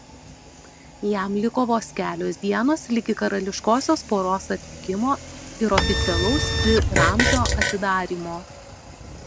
jam liko vos kelios dienos ligi karališkosios poros atvykimo ir oficialaus pi ramzio atidarymo